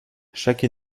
chaque